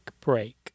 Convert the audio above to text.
break